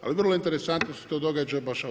Ali vrlo interesantno se to događa baš.